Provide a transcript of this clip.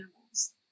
animals